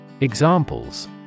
Examples